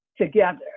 together